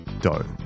dough